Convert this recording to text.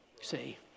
See